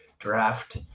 draft